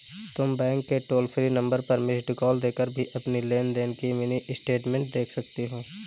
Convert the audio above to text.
तुम बैंक के toll free number पर मिस्ड कॉल देकर भी अपनी लेन देन की मिनी स्टेटमेंट देख सकती हो